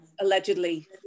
Allegedly